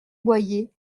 boyer